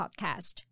podcast